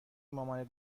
مامانت